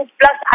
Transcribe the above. plus